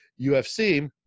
ufc